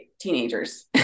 teenagers